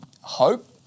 hope